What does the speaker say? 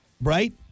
Right